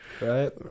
right